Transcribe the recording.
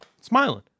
smiling